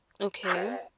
Okay